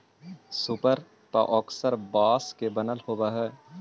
सूप पअक्सर बाँस के बनल होवऽ हई